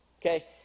Okay